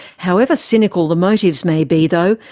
however cynical the motives may be, though,